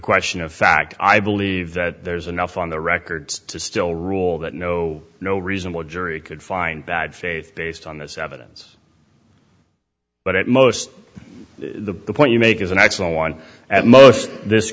question of fact i believe that there's enough on the record to still rule that no no reasonable jury could find bad faith based on this evidence but at most the point you make is an actual one at most this